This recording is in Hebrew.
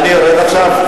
אני ארד עכשיו?